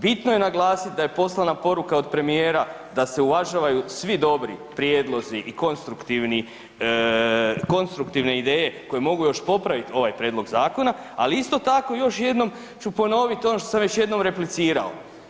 Bitno je naglasiti da je poslana poruka od premijera da se uvažavaju svi dobri prijedlozi i konstruktivni, konstruktivne ideje koje mogu još popraviti ovaj prijedlog zakona, ali isto tko još jednom ću ponoviti ono što sam već jednom replicirao.